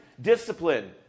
discipline